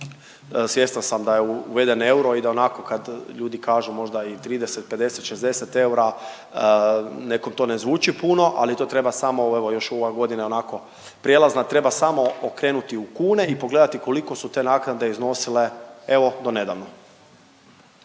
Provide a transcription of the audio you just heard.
svjestan sam da je uveden euro i da onako kad ljudi kažu možda i 30, 50, 60 eura nekom to ne zvuči puno ali to treba samo evo još ova godina je onako prijelazna, treba samo okrenuti u kune i pogledati koliko su te naknade iznosile evo donedavno.